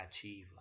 achieve